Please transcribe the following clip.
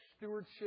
stewardship